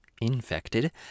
infected